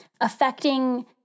affecting